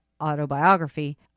autobiography